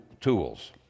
tools